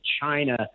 China